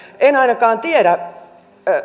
en ainakaan tiedä